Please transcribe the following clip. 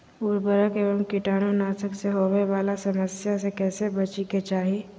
उर्वरक एवं कीटाणु नाशक से होवे वाला समस्या से कैसै बची के चाहि?